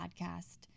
Podcast